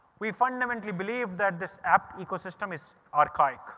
we fundamentally believe that this app ecosystem is archived.